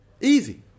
Easy